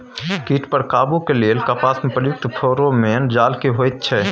कीट पर काबू के लेल कपास में प्रयुक्त फेरोमोन जाल की होयत छै?